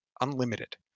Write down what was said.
unlimited